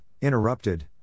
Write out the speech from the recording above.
Interrupted